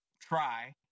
try